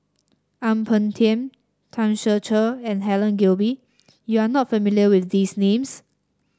Ang Peng Tiam Tan Ser Cher and Helen Gilbey you are not familiar with these names